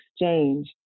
exchange